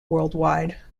worldwide